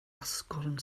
asgwrn